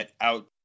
out